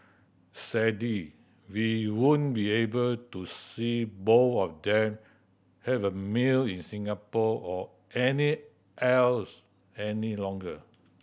sadly we won't be able to see both of them have a meal in Singapore or any else any longer